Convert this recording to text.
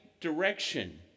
direction